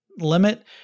limit